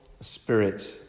spirit